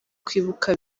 kwibuka